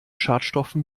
schadstoffen